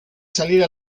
salir